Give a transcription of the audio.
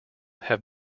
have